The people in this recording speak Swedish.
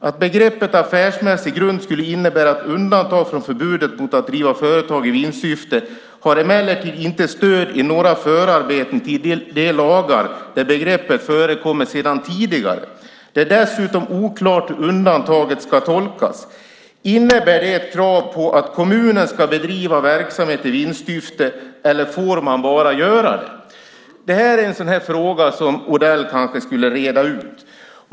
Att begreppet affärsmässig grund skulle innebära ett undantag från förbudet mot att driva företag i vinstsyfte har emellertid inte stöd i några förarbeten till de lagar där begreppet förekommer sedan tidigare. Det är dessutom oklart hur undantaget ska tolkas. Innebär det ett krav på att kommunen ska bedriva verksamhet i vinstsyfte eller får man bara göra det? Det tycker jag alltså är en sådan fråga som Odell kanske skulle reda ut.